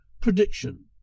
Prediction